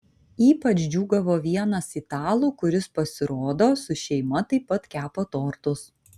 ypač džiūgavo vienas italų kuris pasirodo su šeima taip pat kepa tortus